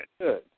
Good